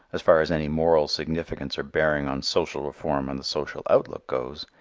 as far as any moral significance or bearing on social reform and the social outlook goes,